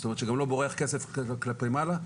זאת אומרת שגם לא בורח כסף כלפי מעלה.